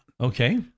Okay